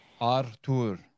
Arthur